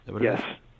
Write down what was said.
Yes